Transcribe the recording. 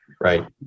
right